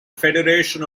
federation